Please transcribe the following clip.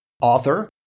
author